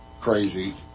crazy